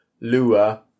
Lua